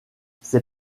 ses